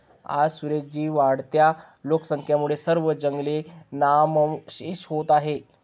आज सुरेश जी, वाढत्या लोकसंख्येमुळे सर्व जंगले नामशेष होत आहेत